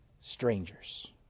strangers